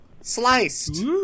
Sliced